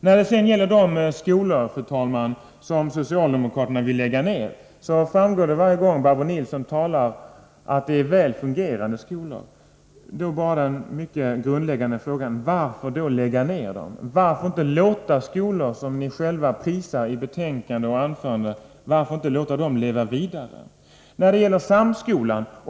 När det sedan gäller de skolor som socialdemokraterna vill lägga ned, framgår det varje gång Barbro Nilsson talar att det är väl fungerande skolor. Då är den grundläggande frågan: Varför lägger man ned dessa skolor? Varför låter man inte dessa skolor, som ni själva prisar i betänkandet och i era anföranden, leva vidare?